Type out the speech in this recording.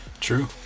True